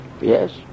Yes